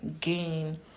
gain